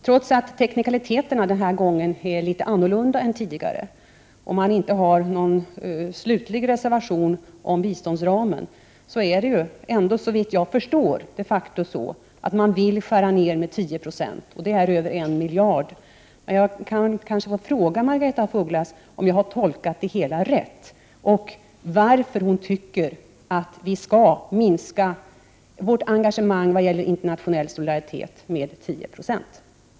Trots att teknikaliteterna denna gång är litet annorlunda jämfört med tidigare och man inte har någon slutlig reservation vad gäller hela biståndsramen är det, såvitt jag förstår, de facto så att man vill skära ner ramen med 10 96, dvs. över 1 miljard. Jag kan kanske få fråga Margaretha af Ugglas om jag har tolkat det hela rätt och varför hon i så fall tycker att vi skall minska vårt engagemang i vad gäller internationell solidaritet med 10 9.